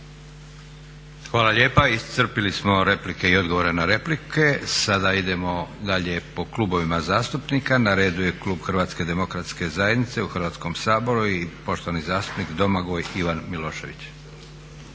Hvala lijepa. Iscrpili smo replike i odgovore na replike. Sada idemo dalje po klubovima zastupnika. Na redu je klub Hrvatske demokratske zajednice u Hrvatskom saboru i poštovani zastupnik Domagoj Ivan Milošević.